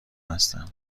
هستم